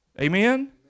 Amen